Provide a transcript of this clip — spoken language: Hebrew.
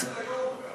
גם של היום, אגב.